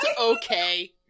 okay